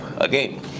again